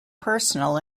personal